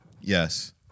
yes